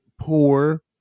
poor